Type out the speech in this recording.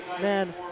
man